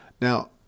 Now